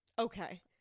okay